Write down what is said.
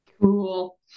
Cool